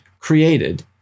created